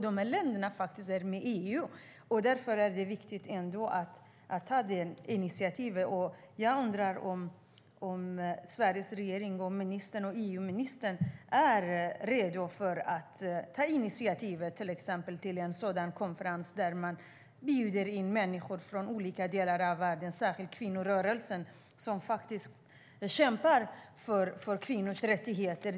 De här länderna är faktiskt med i EU, och därför är det viktigt att ta initiativ. Jag undrar om Sveriges regering, ministern och EU-ministern är redo att ta initiativ till en konferens där man bjuder in människor från olika delar av världen och särskilt från kvinnorörelsen som kämpar för kvinnors rättigheter.